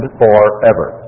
forever